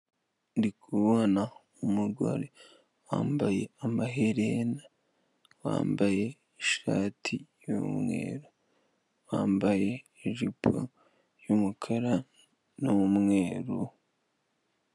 Ndi kubona umugore wambaye amaherena, wambaye ishati y'umweru wambaye ijipo y'umukara n'umweru.